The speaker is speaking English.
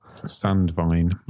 Sandvine